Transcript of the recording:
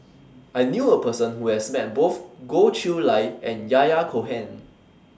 I knew A Person Who has Met Both Goh Chiew Lye and Yahya Cohen